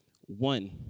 One